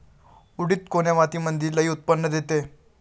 उडीद कोन्या मातीमंदी लई उत्पन्न देते?